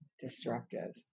destructive